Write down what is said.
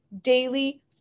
daily